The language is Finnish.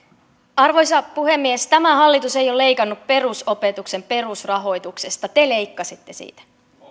arvoisa puhemies tämä hallitus ei ole leikannut perusopetuksen perusrahoituksesta te leikkasitte siitä